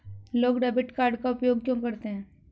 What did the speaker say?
लोग debit card का उपयोग क्यों करते हैं?